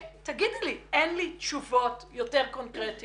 תגידי לי שאין לך תשובות יותר קונקרטיות